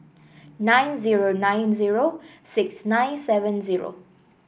nine zero nine zero six nine seven zero